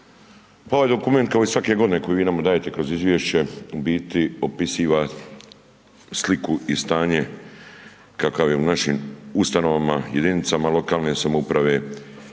pa ovaj dokument kao i svake godine koji vi nama dajete kroz izvješće u biti opisiva sliku i stanje kakav je u našim ustanovama, jedinicama lokalne samouprave,